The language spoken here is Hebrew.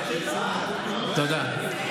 תודה.